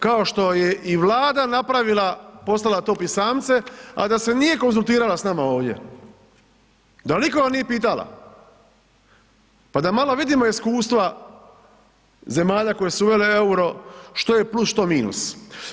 Kao što je i Vlada napravila poslala to pisamce, a da se nije konzultirala s nama ovdje, da nikoga nije pitala pa da malo vidimo iskustva zemalja koje su uvele euro što je plus, što minus.